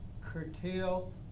curtail